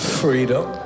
freedom